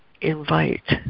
invite